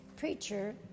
preacher